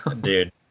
Dude